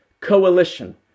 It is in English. coalition